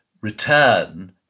return